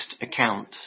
account